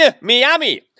Miami